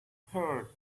purse